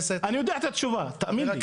חבר הכנסת --- אני יודע את התשובה, תאמין לי.